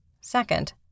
Second